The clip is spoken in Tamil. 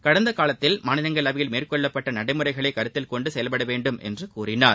கடந்த காலத்தில் மாநிலங்களவையில் மேற்கொள்ளப்பட்ட நடைமுறைகளை கருத்தில் கொண்டு செயல்பட வேண்டும் என்று கூறினார்